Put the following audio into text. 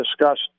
discussed